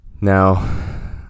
Now